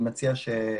אני מציע שהם יתייחסו.